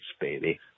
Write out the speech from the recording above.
baby